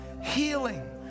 Healing